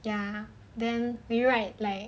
ya then we write like